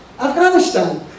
Afghanistan